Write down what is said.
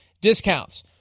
discounts